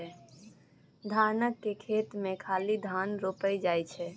धान केर खेत मे खाली धान रोपल जाइ छै